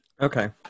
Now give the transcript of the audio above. okay